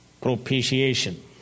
propitiation